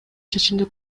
чечимди